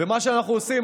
מה שאנחנו עושים,